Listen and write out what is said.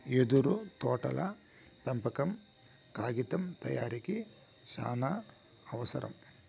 యెదురు తోటల పెంపకం కాగితం తయారీకి సానావసరం